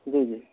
جی جی